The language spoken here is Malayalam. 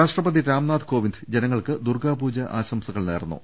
രാഷ്ട്രപതി രാംനാഥ് കോവിന്ദ് ജനങ്ങൾക്ക് ദുർഗ്ഗാപൂജ ആശംസകൾ നേർന്നു